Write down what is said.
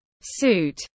suit